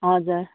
हजुर